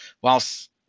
whilst